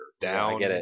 down